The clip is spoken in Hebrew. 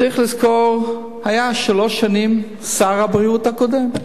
צריך לזכור, היה שלוש שנים שר הבריאות הקודם,